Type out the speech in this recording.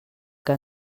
que